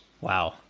Wow